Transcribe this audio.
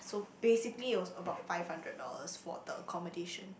basically it was about five hundred dollars for the accommodation